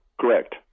Correct